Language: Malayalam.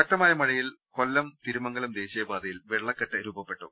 ശക്തമായ മഴയിൽ കൊല്ലം തിരുമംഗലം ദേശീയപാതയിൽ വെള്ളക്കെട്ട് രൂപപ്പെട്ടു